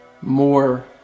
more